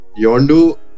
Yondu